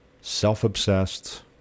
self-obsessed